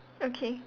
okay